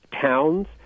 towns